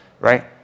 right